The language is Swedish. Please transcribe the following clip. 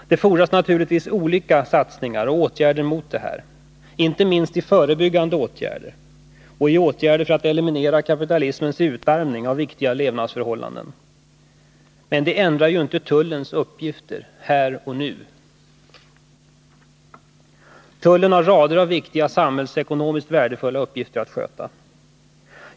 Det fordras naturligtvis många olika satsningar och åtgärder mot allt detta, inte minst förebyggande åtgärder och åtgärder för att eliminera kapitalismens utarmning av viktiga levnadsförhållanden. Men det ändrar ju inte tullens uppgifter, här och nu. Tullen har rader av viktiga och samhällseko ' nomiskt värdefulla uppgifter att sköta.